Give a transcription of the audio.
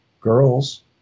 Girls